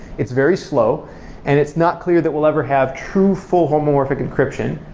it's very slow and it's not clear that we'll ever have true full homomorphic encryption,